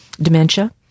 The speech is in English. dementia